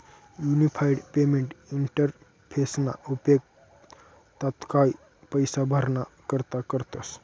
unified payment इंटरफेसना उपेग तात्काय पैसा भराणा करता करतस